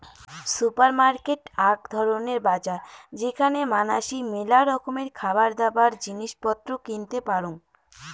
supermarket আক ধরণের বাজার যেখানে মানাসি মেলা রকমের খাবারদাবার, জিনিস পত্র কিনতে পারং